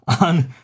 on